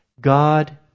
God